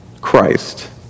Christ